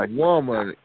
woman